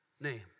name